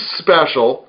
special